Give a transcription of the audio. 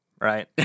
Right